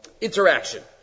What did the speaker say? interaction